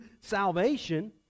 salvation